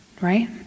right